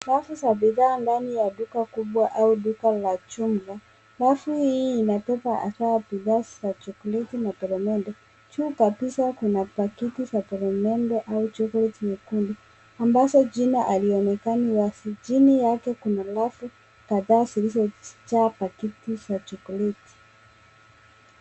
Rafu za bidhaa ndani ya duka kubwa au duka la jumla. Rafu hii inatupa hasa bidhaa za chokoleti na peremende. Juu kabisa kuna pakiti za peremende au chocolate nyekundu, ambazo jina halionekani wazi. Chini yake kuna rafu kadhaa zilizojaa pakiti za chokoleti.